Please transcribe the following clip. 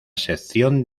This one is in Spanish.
sección